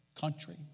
country